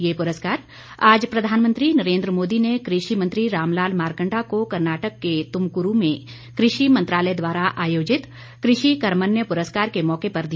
ये पुरस्कार आज प्रधानमंत्री नरेन्द्र मोदी ने कृषि मंत्री रामलाल मारकंडा को कर्नाटक के तुमक्रू में कृषि मंत्रालय द्वारा आयोजित कृषि कर्मण्य प्रस्कार के मौके पर दिया